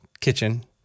kitchen